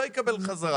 לא יקבל בחזרה.